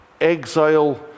exile